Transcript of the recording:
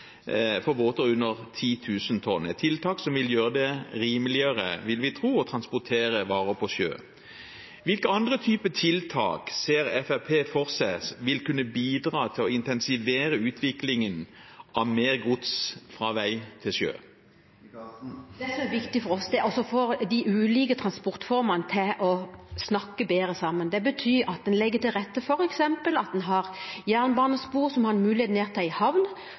for båter under 10 000 tonn – et tiltak som vil gjøre det rimeligere, vil vi tro, å transportere varer på sjø. Hvilke andre typer tiltak ser Fremskrittspartiet for seg vil kunne bidra til å intensivere utviklingen som går på mer gods fra vei til sjø? Det som er viktig for oss, er å få de ulike transportformene til å snakke bedre sammen. Det betyr at en legger til rette for at en f.eks. har jernbanespor ned til en